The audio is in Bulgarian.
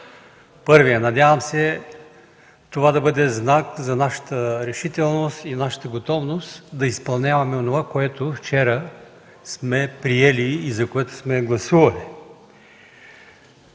първият! Надявам се това да бъде знак за нашата решителност и нашата готовност да изпълняваме онова, което вчера сме приели и за което сме гласували.